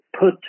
put